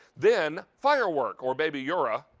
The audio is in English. then fireworks, or baby eura.